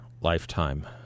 lifetime